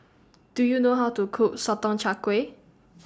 Do YOU know How to Cook Sotong Char Kway